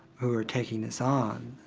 who are taking this on.